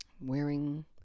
wearing